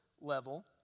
level